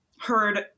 heard